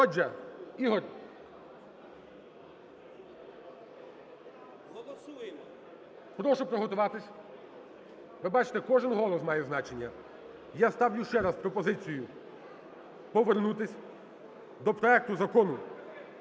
Отже, Ігор, прошу приготуватись, ви бачите, кожен голос має значення. Я ставлю ще раз пропозицію повернутись до проекту Закону